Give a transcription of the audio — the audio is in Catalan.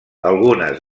algunes